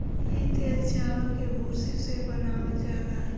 इ तेल चावल के भूसी से बनावल जाला